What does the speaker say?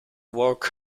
work